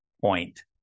point